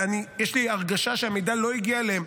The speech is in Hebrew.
ויש לי הרגשה שהמידע לא הגיע אליהם.